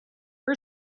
her